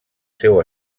seu